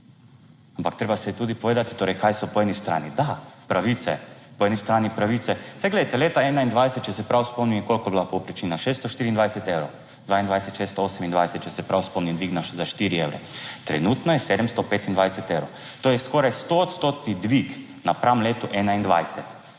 ampak treba se je tudi povedati, torej, kaj so po eni strani, da pravice, po eni strani pravice. Saj glejte, leta 2021, če se prav spomnim, koliko je bila povprečnina, 624 evrov, 22, 628, če se prav spomnim, dvigne za 4 evre, trenutno je 725 evrov. To je skoraj stoodstotni dvig napram letu 2021